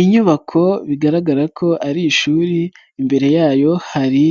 Inyubako bigaragara ko ari ishuri, imbere yayo hari